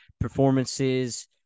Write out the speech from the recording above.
performances